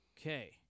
Okay